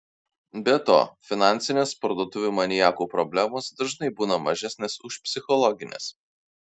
be to finansinės parduotuvių maniakų problemos dažnai būna mažesnės už psichologines